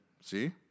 See